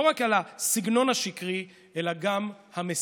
לא רק על הסגנון השקרי אלא גם המסית.